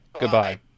Goodbye